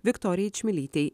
viktorijai čmilytei